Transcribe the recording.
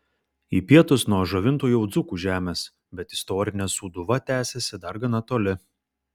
į pietus nuo žuvinto jau dzūkų žemės bet istorinė sūduva tęsiasi dar gana toli